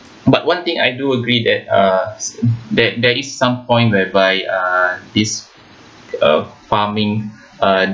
but one thing I do agree that uh that there is some point whereby uh these uh farming uh